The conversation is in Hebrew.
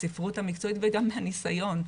מהספרות המקצועית וגם מהניסיון.